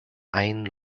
ajn